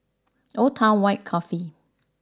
Old Town White Coffee